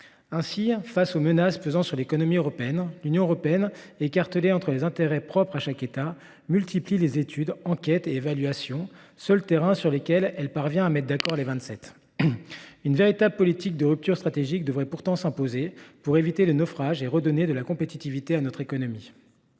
Ainsi, face aux menaces pesant sur l’économie européenne, l’Union européenne, écartelée entre les intérêts propres de chaque État, multiplie études, enquêtes et évaluations, qui sont les seuls éléments sur lesquels les Vingt-Sept parviennent à se mettre d’accord. Une véritable politique de rupture stratégique devrait pourtant s’imposer pour éviter le naufrage et redonner de la compétitivité à notre économie.